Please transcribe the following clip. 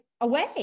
away